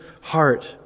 heart